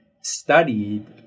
studied